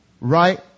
right